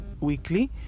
weekly